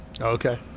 Okay